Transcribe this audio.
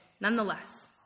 nonetheless